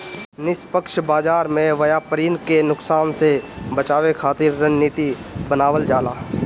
निष्पक्ष व्यापार में व्यापरिन के नुकसान से बचावे खातिर रणनीति बनावल जाला